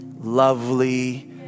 lovely